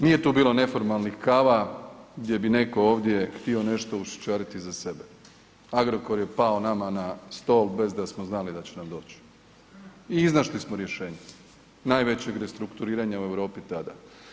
Nije tu bilo neformalnih kava gdje bi netko ovdje htio nešto ušičariti za sebe, Agrokor je pao nama na stol bez da smo znali da će nam doći i iznašli smo rješenje najvećeg restrukturiranja u Europi tada.